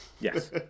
Yes